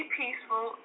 peaceful